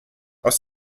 aus